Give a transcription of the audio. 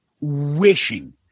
wishing